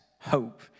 hope